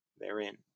therein